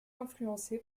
influencé